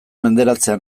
menderatzea